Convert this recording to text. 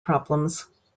problems